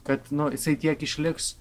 kad jisai tiek išliks